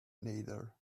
neither